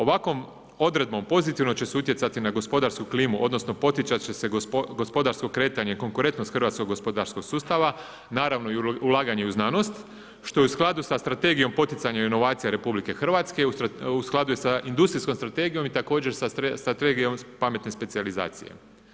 Ovakvom odredbom pozitivno će se utjecati na gospodarsku klimu odnosno poticati će se gospodarsko kretanje, konkurentnost hrvatskog gospodarskog sustava, naravno i ulaganje u znanost što je u skladu sa strategijom poticanja inovacija RH, u skladu je sa industrijskom strategijom i također strategijom pametne specijalizacije.